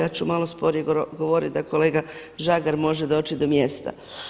Ja ću malo sporije govoriti da kolega Žagar može doći do mjesta.